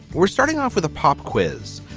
we're starting off with a pop quiz,